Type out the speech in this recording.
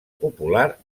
popular